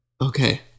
Okay